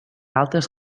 altres